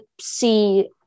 see